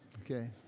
okay